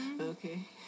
Okay